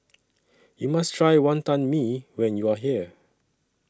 YOU must Try Wonton Mee when YOU Are here